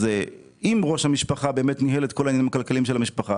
אם ראש המשפחה באמת ניהל את כל העניינים הכלכליים של המשפחה,